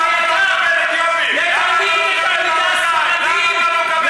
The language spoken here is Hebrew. הגיע הזמן שתקבלו ספרדיות.